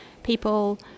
people